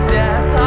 death